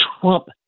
Trump